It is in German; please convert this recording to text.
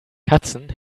katzen